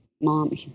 mom